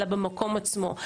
אלא במקום עצמו.